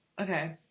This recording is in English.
Okay